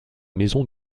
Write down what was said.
maison